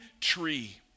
tree